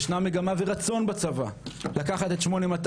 ישנה מגמה ורצון בצבא לקחת את 8200